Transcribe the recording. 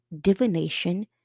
divination